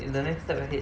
the next step ahead